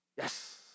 Yes